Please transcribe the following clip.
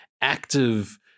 active